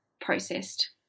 processed